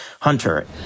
Hunter